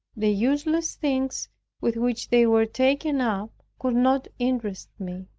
the useless things with which they were taken up could not interest me.